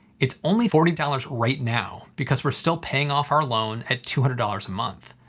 it's only forty dollars right now because we're still paying off our loan at two hundred dollars a month.